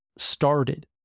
started